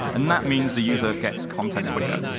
and that means the user gets content quicker,